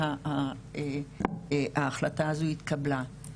שההחלטה הזו התקבלה.